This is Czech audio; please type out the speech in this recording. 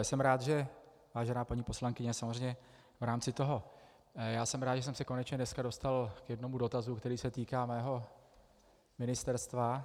Jsem rád, vážená paní poslankyně, samozřejmě v rámci toho, jsem rád, že jsem se konečně dneska dostal k jednomu dotazu, který se týká mého ministerstva.